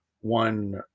one